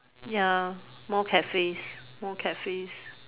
ya more cafes more cafes